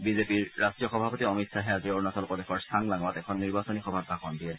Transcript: বিজেপিৰ ৰাষ্ট্ৰীয় সভাপতি অমিত খাহে আজি অৰুণাচল প্ৰদেশৰ চাংলাংত এখন নিৰ্বাচনী সভাত ভাষণ দিয়ে